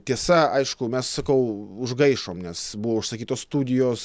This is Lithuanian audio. tiesa aišku mes sakau užgaišom nes buvo užsakytos studijos